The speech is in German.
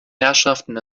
herrschaften